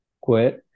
quit